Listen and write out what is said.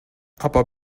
aber